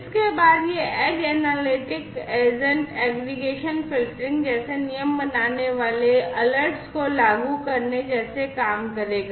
इसके बाद यह edge analytics agent aggregation filtering जैसे नियम बनाने वाले अलर्ट्स को लागू करने जैसे काम करेगा